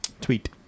Tweet